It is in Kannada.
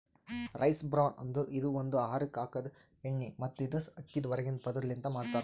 ರೈಸ್ ಬ್ರಾನ್ ಅಂದುರ್ ಇದು ಒಂದು ಆಹಾರಕ್ ಹಾಕದ್ ಎಣ್ಣಿ ಮತ್ತ ಇದು ಅಕ್ಕಿದ್ ಹೊರಗಿಂದ ಪದುರ್ ಲಿಂತ್ ಮಾಡ್ತಾರ್